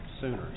sooner